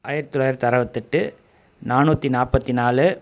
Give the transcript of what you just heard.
ஆயிரத்தி தொள்ளாயிரத்தி அறுவத்தெட்டு நானூற்றி நாற்பத்தி நாலு